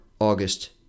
August